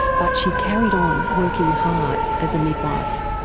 but she carried on, working hard as a midwife.